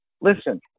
listen